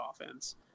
offense